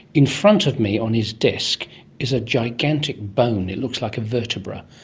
in front of me on his desk is a gigantic bone, it looks like a vertebra.